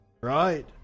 right